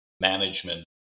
management